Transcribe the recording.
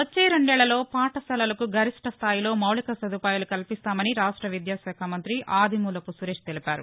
వచ్చే రెండేళ్ళలో పాఠశాలలకు గరిష్టస్దాయిలో మౌలిక సదుపాయాలు కల్పిస్తామని రాష్ట విద్యాశాఖ మంత్రి ఆదిమూలపు సురేష్ తెలిపారు